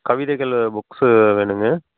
கவிதைகள் புக்ஸு வேணுங்க